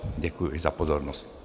Děkuji za pozornost.